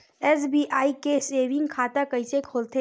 SBI के saving खाता कइसे खोलथे?